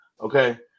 Okay